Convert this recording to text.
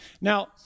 Now